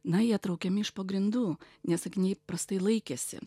na jie traukiami iš po grindų nes akiniai prastai laikėsi